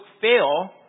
fail